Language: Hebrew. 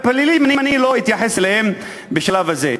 הפליליים, אני לא אתייחס אליהם בשלב הזה.